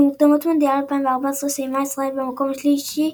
במוקדמות מונדיאל 2014 סיימה ישראל במקום השלישי,